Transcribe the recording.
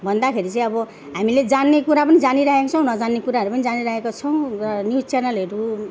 तर अब भन्दाखेरि चाहिँ अब हामीले जान्ने कुरा पनि जानिरहेका छौँ नजान्ने कुराहरू पनि जानिरहेका छौँ र न्युज च्यानलहरू